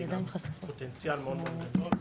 והיא גם פוטנציאל מאוד מאוד גדול.